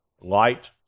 light